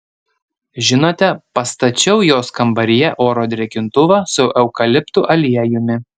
žinote pastačiau jos kambaryje oro drėkintuvą su eukaliptų aliejumi